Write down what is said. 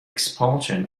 expulsion